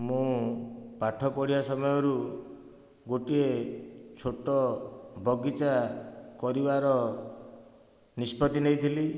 ମୁଁ ପାଠ ପଢ଼ିବା ସମୟରୁ ଗୋଟିଏ ଛୋଟ ବଗିଚା କରିବାର ନିଷ୍ପତି ନେଇଥିଲି